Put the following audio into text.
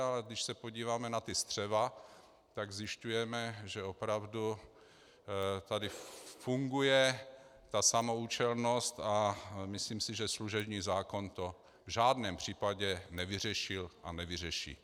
Ale když se podíváme na ta střeva, zjišťujeme, že opravdu tady funguje ta samoúčelnost, a myslím si, že služební zákon to v žádném přípravě nevyřešil a nevyřeší.